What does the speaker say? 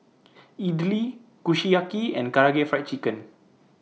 Idili Kushiyaki and Karaage Fried Chicken